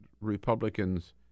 Republicans